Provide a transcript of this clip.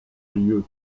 lieu